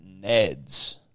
Neds